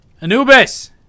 Anubis